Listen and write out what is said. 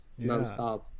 nonstop